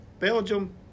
Belgium